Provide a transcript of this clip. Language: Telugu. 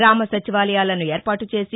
గ్రామ సచివాలయాలను ఏర్పాటు చేసి